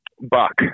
Buck